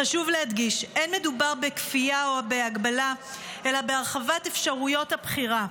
חשוב להדגיש: לא מדובר בכפייה או בהגבלה אלא בהרחבת אפשרויות הבחירה.